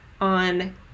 on